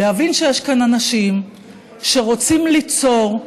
להבין שיש כאן אנשים שרוצים ליצור.